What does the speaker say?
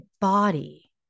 body